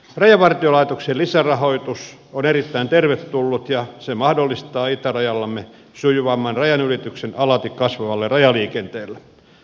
rajavartiolaitoksen lisärahoitus on erittäin tervetullut ja se mahdollistaa itärajallamme sujuvamman rajanylityksen alati kasvavalle rajaliikenteelle